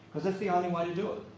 cause that's the only way to do it.